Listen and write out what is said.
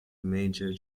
major